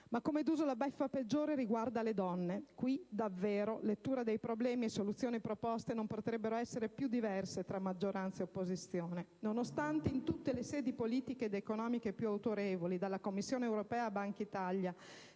Ma, come d'uso, la beffa peggiore riguarda le donne. Qui, davvero, lettura dei problemi e soluzioni proposte non potrebbero essere più diverse tra maggioranza e opposizione. Nonostante in tutte le sedi politiche ed economiche più autorevoli, dalla Commissione europea a Bankitalia,